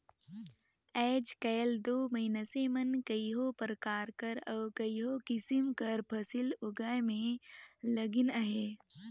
आएज काएल दो मइनसे मन कइयो परकार कर अउ कइयो किसिम कर फसिल उगाए में लगिन अहें